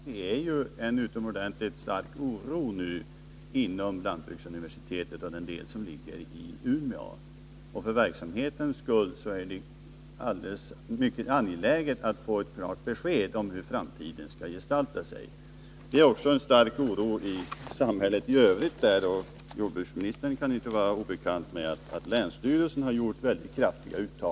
Herr talman! Avslutningsvis vill jag bara säga att det råder en utomordentligt stark oro inom den del av lantbruksuniversitetet som ligger i Umeå. För verksamhetens skull är det mycket angeläget att få ett klart besked om hur framtiden skall gestalta sig. Det råder också en stark oro i samhället i övrigt, och det kan inte vara jordbruksministern obekant att länsstyrelsen har gjort väldigt kraftiga uttalanden.